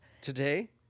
Today